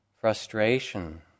frustration